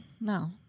No